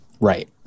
right